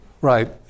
right